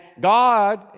God